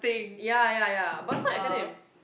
ya ya ya but it's not acronym